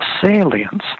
salience